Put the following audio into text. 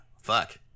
Fuck